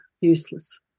useless